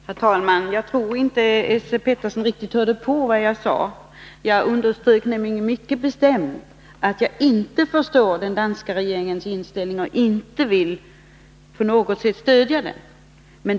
Herr talman! Jag tror att Esse Petersson inte riktigt hörde på vad jag sade. Jag underströk nämligen mycket bestämt att jag inte förstår den danska regeringens inställning och inte vill på något sätt stödja den.